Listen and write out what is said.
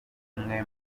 umwe